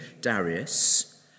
Darius